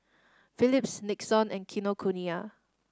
Phillips Nixon and Kinokuniya